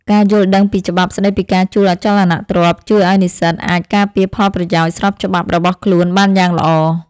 ការយល់ដឹងពីច្បាប់ស្តីពីការជួលអចលនទ្រព្យជួយឱ្យនិស្សិតអាចការពារផលប្រយោជន៍ស្របច្បាប់របស់ខ្លួនបានយ៉ាងល្អ។